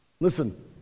Listen